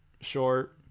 short